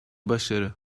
başarı